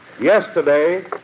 yesterday